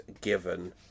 given